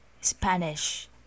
Spanish